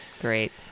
Great